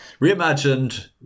reimagined